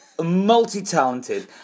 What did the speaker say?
multi-talented